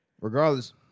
Regardless